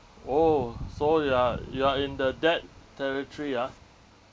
oh so you are you are in the debt territory ah